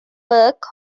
work